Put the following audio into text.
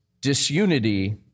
disunity